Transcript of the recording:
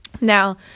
Now